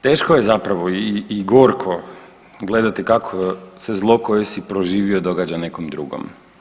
Teško je zapravo i gorko gledati kako se zlo koje si proživio događa nekom drugom.